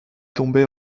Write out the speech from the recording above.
tombait